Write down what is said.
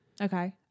Okay